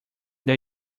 that